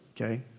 Okay